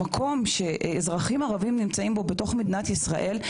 המקום שאזרחים ערבים נמצאים בו בתוך מדינת ישראל,